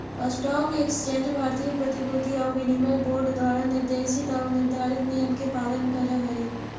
stock exchange भारतीय प्रतिभूति आउ विनिमय बोर्ड द्वारा निर्देशित आऊ निर्धारित नियम के पालन करऽ हइ